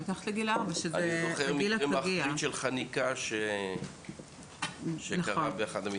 אני זוכר מקרים אחרים של חניקה שקרו באחד המשחקים.